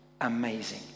amazing